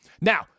Now